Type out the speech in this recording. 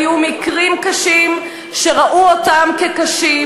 היו מקרים קשים שראו אותם כקשים,